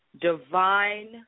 divine